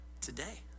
today